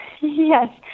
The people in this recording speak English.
Yes